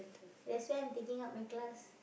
that's why I'm taking up my class